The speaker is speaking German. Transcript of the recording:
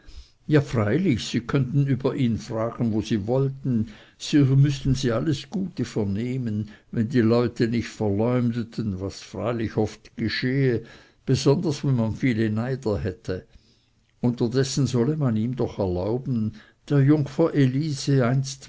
ja freilich sie könnten über ihn fragen wo sie wollten so mußten sie alles gute vernehmen wenn die leute nicht verleumdeten was freilich oft geschehe besonders wenn man viele neider hätte unterdessen solle man ihm doch erlauben der jungfer elise